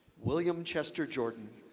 william chester jordan,